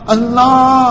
Allah